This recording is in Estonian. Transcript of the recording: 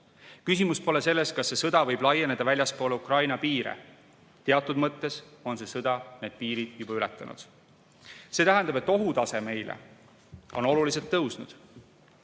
Küsimus pole selles, kas see sõda võib laieneda väljapoole Ukraina piire. Teatud mõttes on see sõda juba need piirid ületanud. See tähendab, et meie ohutase on oluliselt tõusnud.